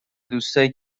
دوستایی